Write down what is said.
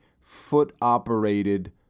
foot-operated